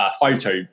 photo